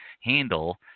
handle